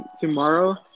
Tomorrow